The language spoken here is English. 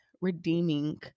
redeeming